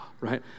Right